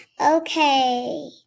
Okay